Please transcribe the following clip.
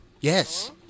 Yes